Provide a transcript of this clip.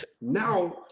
now